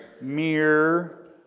mirror